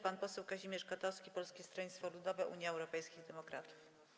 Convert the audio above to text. Pan poseł Kazimierz Kotowski, Polskie Stronnictwo Ludowe - Unia Europejskich Demokratów.